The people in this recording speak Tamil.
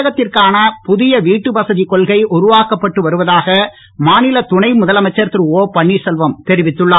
தமிழகத்திற்கான புதிய வீட்டுவசதி கொள்கை உருவாக்கப்பட்டு வருவதாக மாநில துணை முதலமைச்சர் திருஆபன்னீர்செல்வம் தெரிவித்துள்ளார்